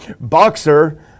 boxer